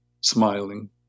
smiling